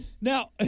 Now